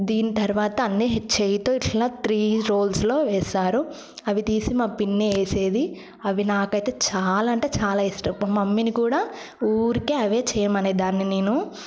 దీని తర్వాత అన్ని చేత్తో ఇట్లా త్రి రోల్స్లో వేస్తారు అవి తీసి మా పిన్ని వేసేది అవి నాకైతే చాలా అంటే చాలా ఇష్టం మా మమ్మీని కూడా ఊరికే అవే చేయమనేదాన్ని నేను